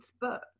book